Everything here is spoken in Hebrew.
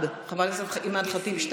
2. חברת הכנסת אימאן ח'טיב,